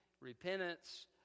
repentance